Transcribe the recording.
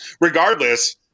Regardless